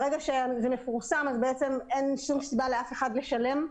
ברגע שזה מפורסם, אין שום סיבה לאף אחד לשלם.